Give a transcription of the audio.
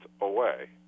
away